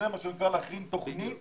מה שנקרא להכין תוכנית